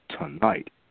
tonight